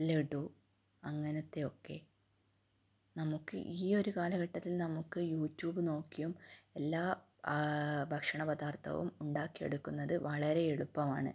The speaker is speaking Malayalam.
ലഡു അങ്ങനത്തെ ഒക്കെ നമുക്ക് ഈ ഒരു കാലഘട്ടത്തിൽ നമുക്ക് യൂട്യൂബ് നോക്കിയും എല്ലാ ഭക്ഷണപദാർത്ഥവും ഉണ്ടാക്കി എടുക്കുന്നത് വളരെ എളുപ്പമാണ്